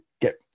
get